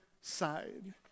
side